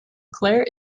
claire